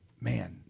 man